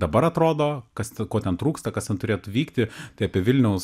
dabar atrodo kas ti ko ten trūksta kas ten turėtų vykti tai apie vilniaus